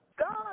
God